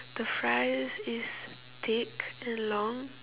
the fries is thick and long